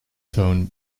tone